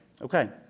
Okay